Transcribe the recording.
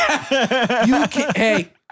Hey